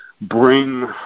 bring